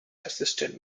assistant